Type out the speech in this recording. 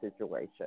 situation